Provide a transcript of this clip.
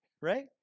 right